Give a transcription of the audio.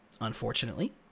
Unfortunately